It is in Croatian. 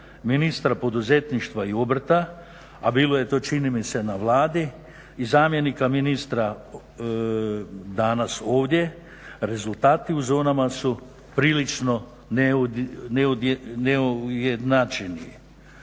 ministra poduzetništva i obrta, a bilo je to čini mi se na Vladi i zamjenika ministra danas ovdje. Rezultati u zonama su prilično neujednačeni.